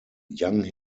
young